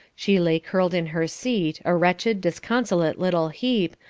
she lay curled in her seat, a wretched, disconsolate little heap,